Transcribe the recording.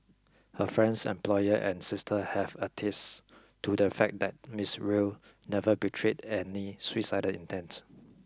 her friends employer and sister have attested to the fact that Miss Rue never betrayed any suicidal intents